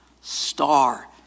Star